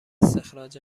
استخراج